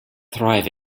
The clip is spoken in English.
thrive